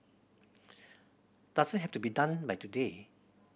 doesn't have to be done by today